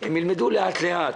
הם ילמדו לאט-לאט